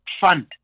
fund